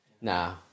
Nah